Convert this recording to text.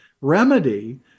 remedy